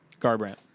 Garbrandt